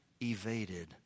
evaded